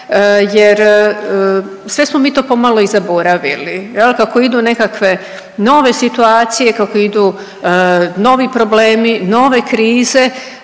jer sve smo mi to pomalo i zaboravili. Jel kako idu nekakve nove situacije, kako idu novi problemi, nove krize